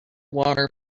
water